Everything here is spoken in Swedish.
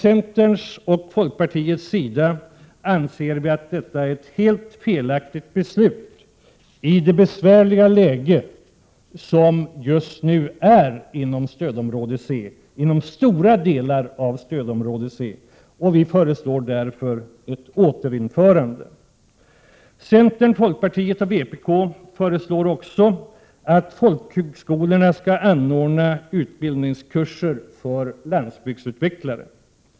Centern och folkpartiet anser att detta är ett helt felaktigt beslut, i det besvärliga läge som just nu råder inom stora delar av stödområde C. Vi föreslår därför ett återinförande av detta stöd. Centern, folkpartiet och vpk föreslår också att folkhögskolorna skall anordna utbildningskurser för ”landsbygdsutvecklare”.